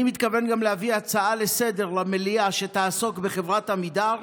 אני גם מתכוון להביא הצעה לסדר-היום למליאה שתעסוק בחברת עמידר,